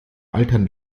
altern